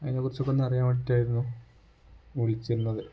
അതിനെക്കുറിച്ചൊക്കെ ഒന്ന് അറിയാൻ വേണ്ടിയിട്ടായിരുന്നു വിളിച്ചിരുന്നത്